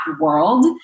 world